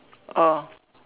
oh